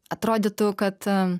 atrodytų kad